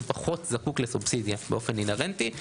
הוא פחות זקוק לסובסידיה באופן אינהרנטי.